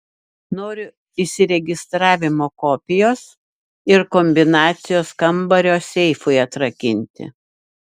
noriu įsiregistravimo kopijos ir kombinacijos kambario seifui atrakinti